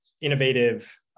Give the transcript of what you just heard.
innovative